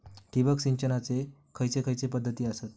ठिबक सिंचनाचे खैयचे खैयचे पध्दती आसत?